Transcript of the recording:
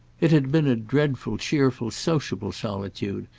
it had been a dreadful cheerful sociable solitude,